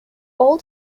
all